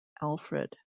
alfred